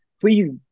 please